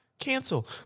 cancel